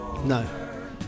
No